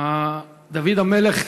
דוד המלך